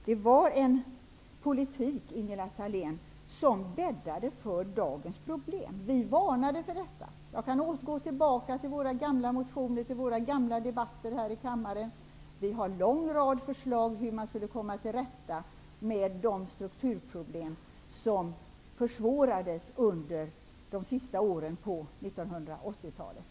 Det var en politik, Ingela Thale n, som bäddade för dagens problem. Vi varnade för detta. Vi kan se tillbaka på våra gamla motioner och debatter här i kammaren. Moderaterna har en lång rad förslag om hur man skulle komma till rätta med de strukturproblem som försvårades under de sista åren på 1980-talet.